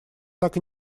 так